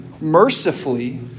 mercifully